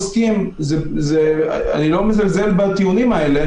זה בדרך כלל עבודה מאוד קשה ומורכבת בתנאי לחץ.